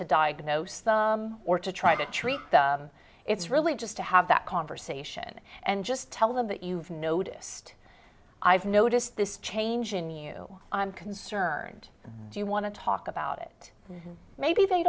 to diagnose some or to try to treat them it's really just to have that conversation and just tell them that you've noticed i've noticed this change in you i'm concerned and do you want to talk about it maybe they